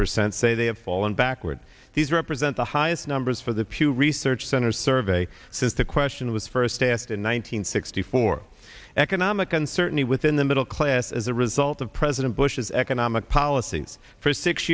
percent say they have fallen backward these represent the highest numbers for the pew research center survey since the question was first asked in one thousand nine hundred sixty four economic uncertainty within the middle class as a result of president bush's economic policies for six